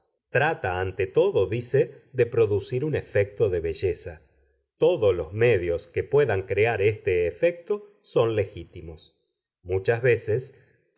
trata ante todo dice de producir un efecto de belleza todos los medios que puedan crear este efecto son legítimos muchas veces